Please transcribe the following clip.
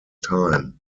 time